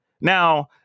Now